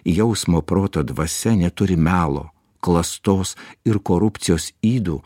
jausmo proto dvasia neturi melo klastos ir korupcijos ydų